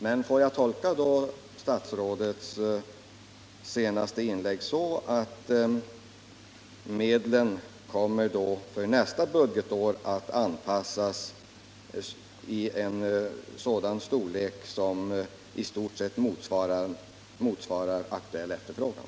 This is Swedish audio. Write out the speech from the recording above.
Men får jag tolka statsrådets senaste inlägg så, att medlen för nästa budgetår i stort sett kommer att anpassas till den aktuella efterfrågan?